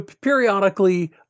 periodically